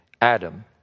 Adam